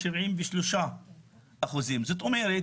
73%. זאת אומרת,